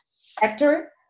sector